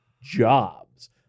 jobs